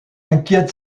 inquiète